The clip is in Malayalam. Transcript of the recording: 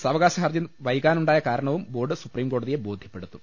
സാവകാശ ഹർജി വൈകാ നുണ്ടായ കാരണവും ബോർഡ് സുപ്രീകോടതിയെ ബോധ്യപ്പെടുത്തും